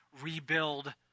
rebuild